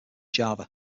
java